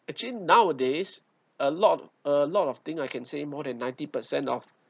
actually nowadays a lot uh a lot of thing I can say more than ninety percent of